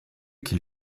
qu’il